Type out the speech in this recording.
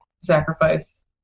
sacrifice